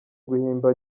guhimba